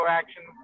action